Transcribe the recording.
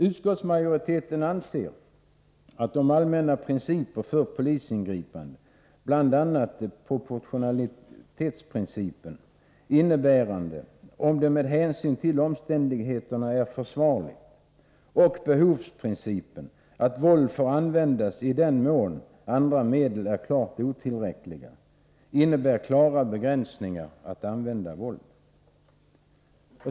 Utskottsmajoriteten anser att de allmänna principerna för polismans ingripande — bl.a. proportionalitetsprincipen om att det med hänsyn till omständigheterna är försvarligt och behovsprincipen om att våld får användas i den mån andra medel är klart otillräckliga — innebär klara begränsningar i att använda våld.